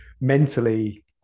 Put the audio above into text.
mentally